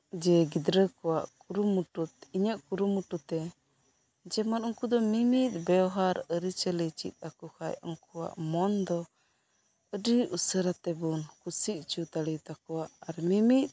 ᱡᱮ ᱜᱤᱫᱽᱨᱟᱹᱠᱚᱣᱟᱜ ᱠᱩᱨᱩᱢᱩᱴᱩ ᱤᱧᱟᱹᱜ ᱠᱩᱨᱩᱢᱩᱴᱩ ᱛᱮ ᱡᱮᱢᱚᱱ ᱩᱱᱠᱩᱫᱚ ᱢᱤᱫ ᱢᱤᱫ ᱵᱮᱣᱦᱟᱨ ᱟᱹᱨᱤᱪᱟᱹᱞᱤ ᱪᱤᱫ ᱟᱠᱩᱠᱷᱟᱡ ᱩᱱᱠᱩᱣᱟᱜ ᱢᱚᱱᱫᱚ ᱟᱹᱰᱤ ᱩᱥᱟᱹᱨᱟ ᱛᱮᱵᱩᱱ ᱠᱩᱥᱤ ᱩᱪᱩ ᱫᱟᱲᱤᱭᱟᱛᱟᱠᱚᱣᱟ ᱟᱨ ᱢᱤᱢᱤᱫ